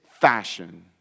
fashion